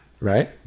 Right